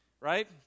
right